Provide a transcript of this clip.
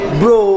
bro